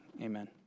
Amen